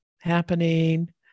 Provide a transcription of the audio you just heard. happening